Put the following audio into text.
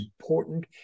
important